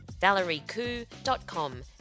ValerieKoo.com